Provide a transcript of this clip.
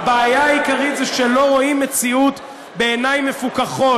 הבעיה העיקרית זה שלא רואים מציאות בעיניים מפוכחות,